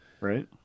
right